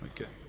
Okay